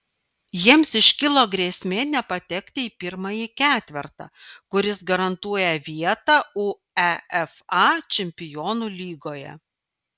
jiems iškilo grėsmė nepatekti į pirmąjį ketvertą kuris garantuoja vietą uefa čempionų lygoje